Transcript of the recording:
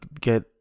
get